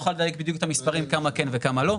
הוא יוכל לדייק בדיוק את המספרים כמה כן וכמה לא.